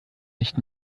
nicht